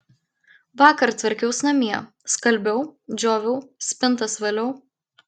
vakar tvarkiaus namie skalbiau džioviau spintas valiau